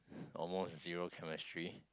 almost zero chemistry